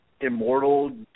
immortal